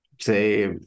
say